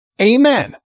Amen